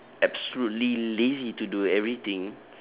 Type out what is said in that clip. absolutely lazy to do everything